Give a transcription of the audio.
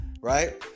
right